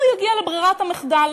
יגיע לברירת המחדל,